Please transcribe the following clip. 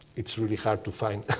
it's really hard to find